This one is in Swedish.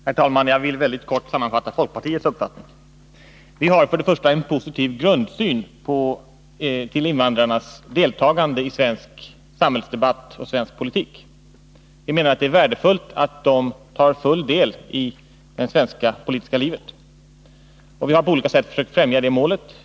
Herr talman! Jag skall mycket kort sammanfatta folkpartiets uppfattning i den här frågan. Vi har för det första en positiv grundsyn när det gäller invandrarnas deltagande i svensk samhällsdebatt och svensk politik. Det är värdefullt att de tar full del i det svenska politiska livet. Vi har på olika sätt försökt främja det målet.